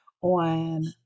on